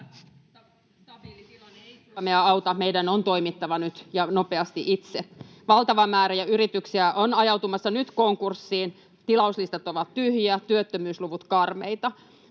Meidän on toimittava nyt ja nopeasti itse. Valtava määrä yrityksiä on jo ajautumassa konkurssiin. Tilauslistat ovat tyhjiä, työttömyysluvut karmeita.